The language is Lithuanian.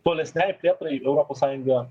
tolesnei plėtrai europos sąjunga